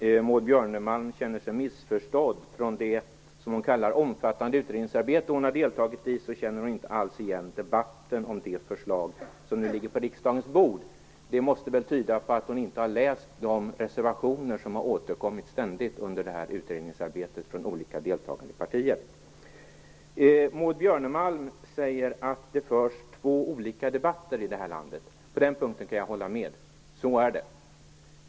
Herr talman! Maud Björnemalm känner sig missförstådd. Från det omfattande utredningsarbete som hon har deltagit i känner hon inte alls igen debatten om det förslag som nu ligger på riksdagens bord. Det måste väl tyda på att hon inte har läst de reservationer som ständigt återkommit under utredningsarbetet från olika deltagande partier. Maud Björnemalm säger att det förs två olika debatter i det här landet. På den punkten kan jag hålla med henne, så är det.